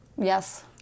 Yes